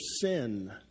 sin